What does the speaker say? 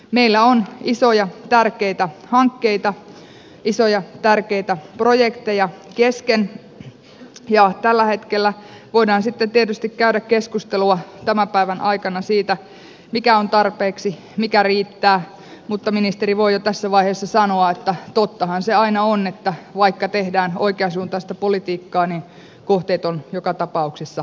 meillä on isoja tärkeitä hankkeita isoja tärkeitä projekteja kesken ja tämän päivän aikana voidaan tietysti käydä keskustelua siitä mikä on tarpeeksi mikä riittää mutta ministeri voi jo tässä vaiheessa sanoa että tottahan se aina on että vaikka tehdään oikeansuuntaista politiikkaa kohteet ovat joka tapauksessa riittämättömiä